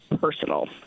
personal